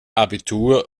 abitur